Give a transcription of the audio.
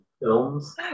films